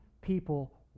people